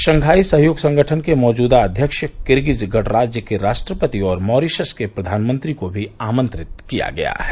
Shanghai सहयोग संगठन के मौजूदा अध्यक्ष किर्गिज गणराज्य के राष्ट्रपति और मॉरिशस के प्रधानमंत्री को भी आमंत्रित किया गया है